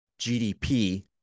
GDP